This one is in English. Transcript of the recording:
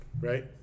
Right